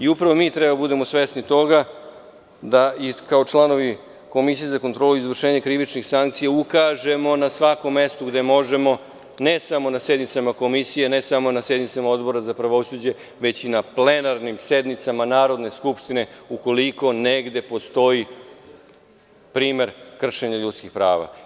Upravo treba da budemo svesni toga da, kao članovi Komisije za kontrolu izvršenja krivičnih sankcija, ukažemo na svakom mestu gde možemo, ne samo na sednicama Komisije, ne samo na sednicama Odbora za pravosuđe, već i na plenarnim sednicama Narodne skupštine, ukoliko negde postoji primer kršenja ljudskih prava.